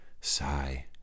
Sigh